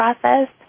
process